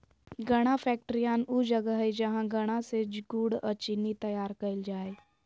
गन्ना फैक्ट्रियान ऊ जगह हइ जहां गन्ना से गुड़ अ चीनी तैयार कईल जा हइ